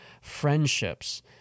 friendships